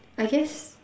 I guess